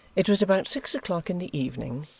it was about six o'clock in the evening,